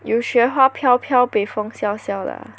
you 雪花飘飘北风啸啸